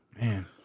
Man